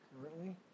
Currently